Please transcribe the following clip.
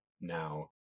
now